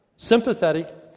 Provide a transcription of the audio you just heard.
Sympathetic